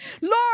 Lord